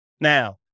now